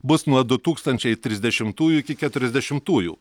bus nuo du tūkstančiai trisdešimtųjų iki keturiasdešimtųjų